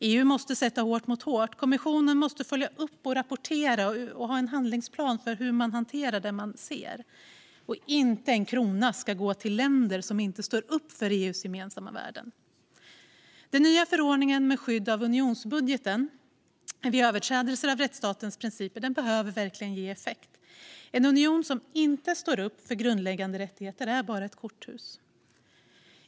EU måste sätta hårt mot hårt, och kommissionen måste följa upp, rapportera och lägga fram en handlingsplan för hur det man ser ska hanteras. Inte en krona ska gå till länder som inte står upp för EU:s gemensamma värden. Den nya förordningen med skydd av unionsbudgeten vid överträdelser av rättsstatens principer behöver verkligen ge effekt. En union som inte står upp för grundläggande rättigheter är bara ett korthus.